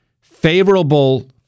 favorable